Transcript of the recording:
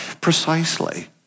Precisely